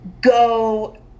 go